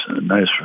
nice